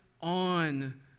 on